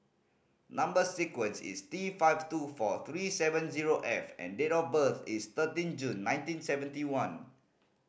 number sequence is T five two four three seven zero F and date of birth is thirteen June nineteen seventy one